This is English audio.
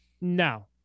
No